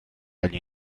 agli